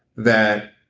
that